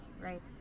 Right